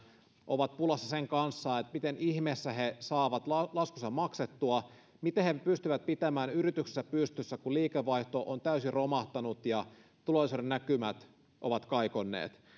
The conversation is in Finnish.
ovat pulassa sen kanssa miten ihmeessä he saavat laskunsa maksettua miten he pystyvät pitämään yrityksensä pystyssä kun liikevaihto on täysin romahtanut ja tulevaisuudennäkymät ovat kaikonneet